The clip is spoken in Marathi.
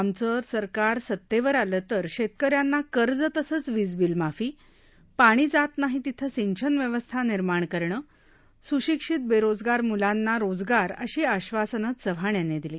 आमचं सरकार सत्तेवर आलं तर शेतकऱ्यांना कर्ज तसंच शेतीची वीज बील माफी पाणी जात नाही तिथं सिंचन व्यवस्था निर्माण करणं सुशिक्षित बेरोजगार मुलांना रोजगार अशी आधासनं चव्हाण यांनी दिली